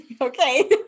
okay